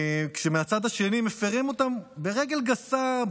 כשמהצד השני מפירים אותם ברגל גסה,